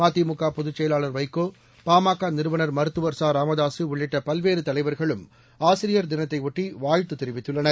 மதிமுக பொதுச் செயலாளர் வைகோ பாமக நிறுவனர் மருத்துவர் சராமதாசு உள்ளிட்ட பல்வேறு தலைவர்களும் ஆசிரியர் தினத்தையொட்டி வாழ்த்து தெரிவித்துள்ளனர்